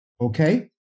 Okay